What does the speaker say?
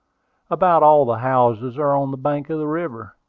about all the houses are on the bank of the river,